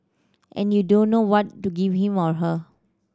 and you don't know what to give him or her